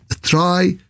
try